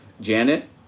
Janet